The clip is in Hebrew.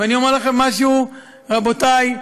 ואני אומר לכם משהו: רבותי,